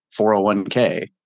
401k